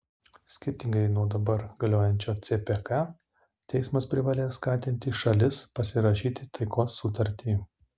skirtingai nuo dabar galiojančio cpk teismas privalės skatinti šalis pasirašyti taikos sutartį